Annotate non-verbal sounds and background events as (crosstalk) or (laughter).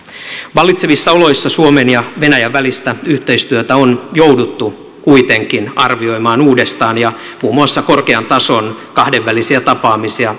vallitsevissa oloissa suomen ja venäjän välistä yhteistyötä on jouduttu kuitenkin arvioimaan uudestaan ja muun muassa korkean tason kahdenvälisiä tapaamisia (unintelligible)